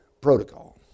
protocol